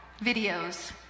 videos